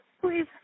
Please